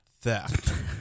theft